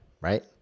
right